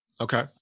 Okay